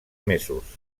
mesos